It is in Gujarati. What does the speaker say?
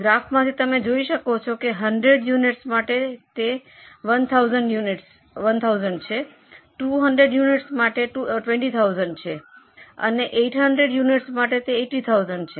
ગ્રાફ માંથી તમે જોઈ શકો છો કે 100 યુનિટસ માટે તે 1000 છે 200 યુનિટસ 20000 માટે છે અને 800 યુનિટસ માટે તે 80000 છે